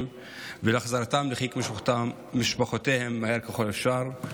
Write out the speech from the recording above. ולהחזרתם לחיק משפחותיהם מהר ככל האפשר.